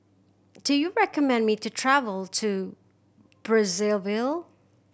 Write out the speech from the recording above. do you recommend me to travel to Brazzaville